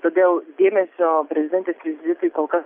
todėl dėmesio prezidentės vizitui kol kas